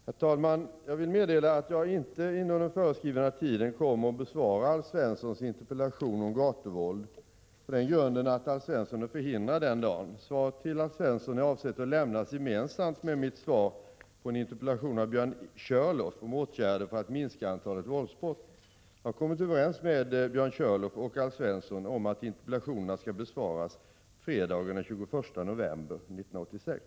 Herr talman! Jag vill meddela att jag inte inom den föreskrivna tiden kommer att besvara Alf Svenssons interpellation om gatuvåldet, på den grunden att Alf Svensson är förhindrad den dagen. Svaret till Alf Svensson är avsett att lämnas gemensamt med mitt svar på en interpellation av Björn Körlof om åtgärder för att minska antalet våldsbrott. Jag har kommit överens med Björn Körlof och Alf Svensson om att interpellationerna skall besvaras fredagen den 21 november 1986.